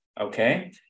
Okay